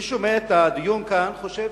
מי ששומע את הדיון כאן חושב